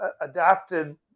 adapted